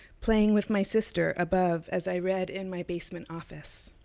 playing with my sister above as i read in my basement office.